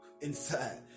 inside